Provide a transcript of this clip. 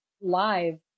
live